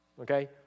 Okay